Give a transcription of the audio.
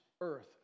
earth